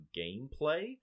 gameplay